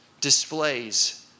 displays